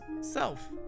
self